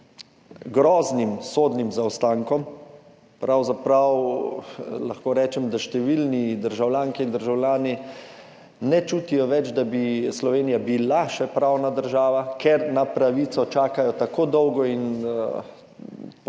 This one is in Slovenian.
groznim sodnim zaostankom. Pravzaprav lahko rečem, da številni državljanke in državljani ne čutijo več, da bi Slovenija še bila pravna država, ker na pravico čakajo tako dolgo in po